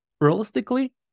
realistically